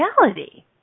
reality